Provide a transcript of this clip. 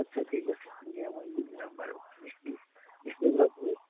আচ্ছা ঠিক আছে দিয়া মই যাম বাৰু